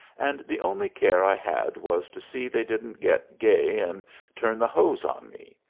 and the only care i had was to see they didn't get gay and turn the hose on me.